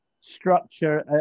structure